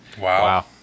Wow